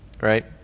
right